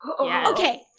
Okay